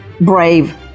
brave